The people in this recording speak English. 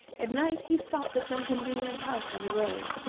at night he stopped at some convenient house on the road,